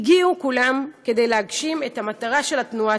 הגיעו כולם כדי להגשים את המטרה של התנועה